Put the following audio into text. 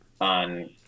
On